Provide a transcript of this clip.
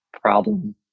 problem